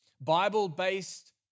Bible-based